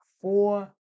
four